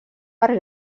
per